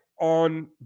on